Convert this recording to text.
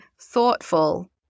thoughtful